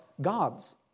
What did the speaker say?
God's